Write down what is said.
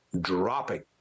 dropping